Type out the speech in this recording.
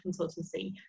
consultancy